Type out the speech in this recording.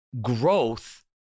growth